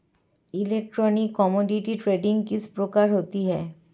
Electronic commodity trading किस प्रकार होती है?